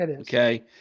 Okay